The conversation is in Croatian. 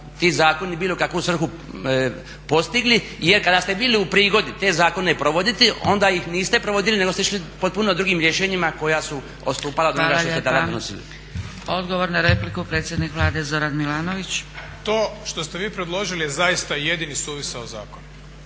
ti zakoni bilo kakvu svrhu postigli. Jer kada ste bili u prigodi te zakone provoditi onda ih niste provodili, nego ste išli potpuno drugim rješenjima koja su odstupala od onoga što ste tada donosili. **Zgrebec, Dragica (SDP)** Hvala lijepa. Odgovor na repliku, predsjednik Vlade Zoran Milanović. **Milanović, Zoran (SDP)** To što ste vi predložili je zaista jedini suvisao zakon.